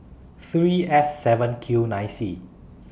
three S seven Q nine C